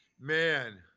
man